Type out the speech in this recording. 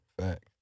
Fact